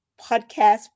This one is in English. podcast